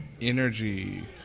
Energy